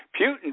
Putin